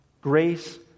Grace